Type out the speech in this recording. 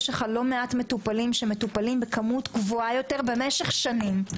יש לך לא מעט מטופלים שמטופלים בכמות גבוהה יותר במשך שנים.